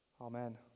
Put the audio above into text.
Amen